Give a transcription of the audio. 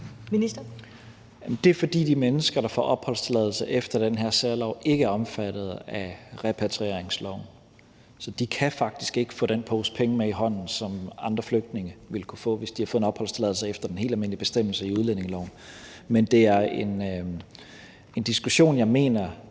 Det er, fordi de mennesker, der får opholdstilladelse efter den her særlov, ikke er omfattet af repatrieringsloven. Så de kan faktisk ikke få den pose penge med i hånden, som andre flygtninge vil kunne få, hvis de har fået en opholdstilladelse efter den helt almindelige bestemmelse i udlændingeloven. Men det er en diskussion, jeg mener